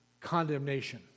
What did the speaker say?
condemnation